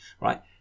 right